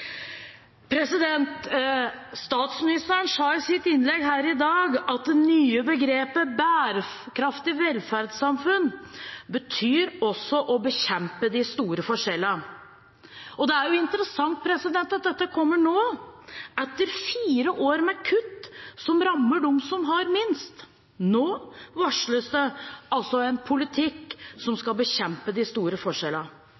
Statsministeren sa i sitt innlegg her i dag at det nye begrepet «bærekraftig velferdssamfunn» også betyr å bekjempe de store forskjellene. Det er interessant at dette kommer nå, etter fire år med kutt som rammer dem som har minst. Nå varsles det altså en politikk som skal bekjempe de store forskjellene.